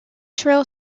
trail